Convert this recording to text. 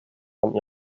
vom